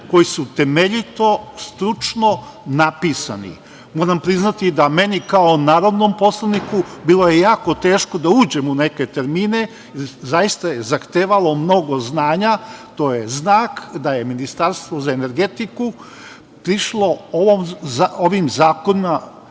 koji su temeljito, stručno napisani. Moram priznati da meni kao narodnom poslaniku bilo je jako teško da uđem u neke termine. Zaista je zahtevalo mnogo znanja. To je znak da je Ministarstvo za energetiku prišlo ovim zakonima